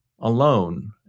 alone